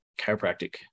chiropractic